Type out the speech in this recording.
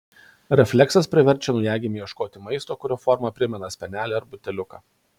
refleksas priverčia naujagimį ieškoti maisto kurio forma primena spenelį ar buteliuką